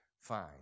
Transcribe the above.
fine